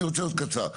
אני רוצה להיות קצר.